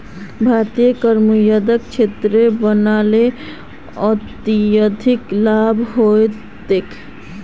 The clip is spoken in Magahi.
भारतक करमुक्त क्षेत्र बना ल अत्यधिक लाभ ह तोक